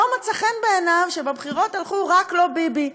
לא מצא חן בעיניו שבבחירות הלכו על "רק לא ביבי".